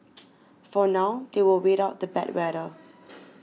for now they will wait out the bad weather